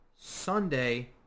Sunday –